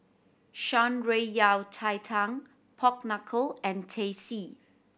Shan Rui Yao Cai Tang pork knuckle and Teh C